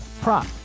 prop